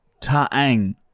Taang